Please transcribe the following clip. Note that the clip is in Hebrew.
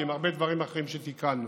ועם הרבה דברים אחרים שתיקנו.